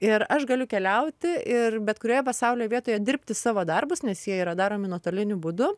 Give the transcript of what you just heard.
ir aš galiu keliauti ir bet kurioje pasaulio vietoje dirbti savo darbus nes jie yra daromi nuotoliniu būdu